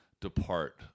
depart